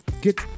Get